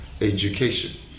education